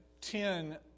ten